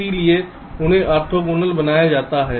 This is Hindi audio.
इसीलिए उन्हें ऑर्थोगोनल बनाया जाता है